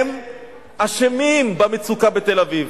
הם אשמים במצוקה בתל-אביב.